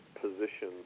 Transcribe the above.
position